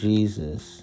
Jesus